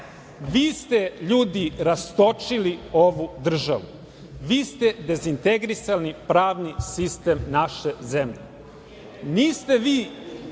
Vi ste, ljudi, rastočili ovu državu. Vi ste dezintegrisali pravni sistem naše zemlje. Pa, nije